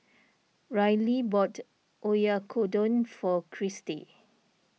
Ryley bought Oyakodon for Cristi